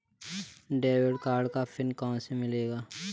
Debit card का pin कहां से मिलेगा?